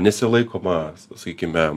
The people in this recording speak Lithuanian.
nesilaikoma sakykime